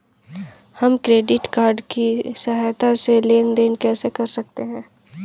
हम credit card की सहायता से लेन देन कैसे कर सकते हैं?